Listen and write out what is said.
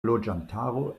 loĝantaro